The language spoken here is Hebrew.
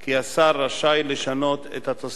כי השר רשאי לשנות את התוספת.